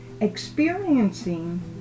experiencing